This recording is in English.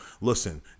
listen